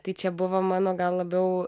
tai čia buvo mano gal labiau